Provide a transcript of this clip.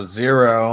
zero